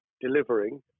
delivering